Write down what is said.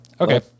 Okay